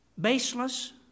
Baseless